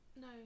no